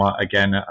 Again